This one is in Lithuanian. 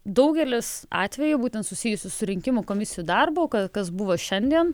daugelis atvejų būtent susijusių su rinkimų komisijų darbu kad kas buvo šiandien